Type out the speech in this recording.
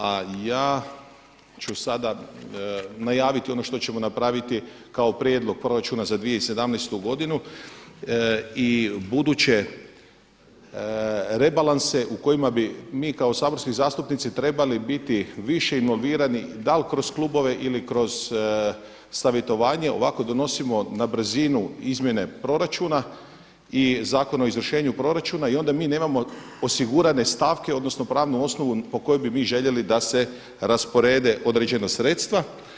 A ja ću sada najaviti ono što ćemo napraviti kao prijedlog proračuna za 2017. godinu i buduće rebalanse u kojima bi mi kao saborski zastupnici trebali biti više involvirani, da li kroz klubove ili kroz savjetovanje, ovako donosimo na brzinu izmjene proračuna i Zakon o izvršenju proračuna i onda mi nemamo osigurane stavke, odnosno pravnu osnovu po kojoj bi mi željeli da se rasporede određena sredstva.